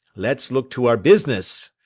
let's look to our business.